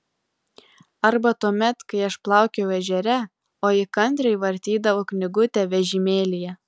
arba tuomet kai aš plaukiojau ežere o ji kantriai vartydavo knygutę vežimėlyje